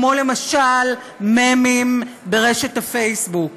כמו למשל ממים בפייסבוק.